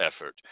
effort